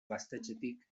gaztetxetik